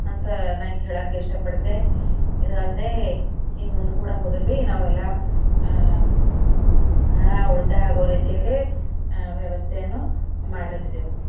ಅಂತ ನಾನು ಹೇಳೋಕೆ ಇಷ್ಟಪಡ್ತೆ ಇದಲ್ದೆ ಈ ಮುಂದೆ ಕೂಡ ಹೋದರೆ ಬಿ ನಾವೆಲ್ಲ ಹಣ ಉಳಿತಾಯ ಆಗೋ ರೀತಿಯಲ್ಲಿ ವ್ಯವಸ್ಥೆಯನ್ನು ಮಾಡ್ಲತ್ತಿದ್ದೆವೆ